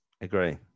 Agree